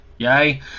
Yay